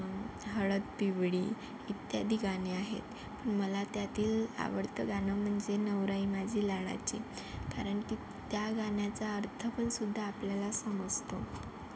हळद पिवळी इत्यादी गाणे आहेत मला त्यातील आवडत गाणं म्हणजे नवराई माझी लाडाची कारण की त्या गाण्याचा अर्थ पण सुध्दा आपल्याला समजतो